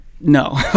no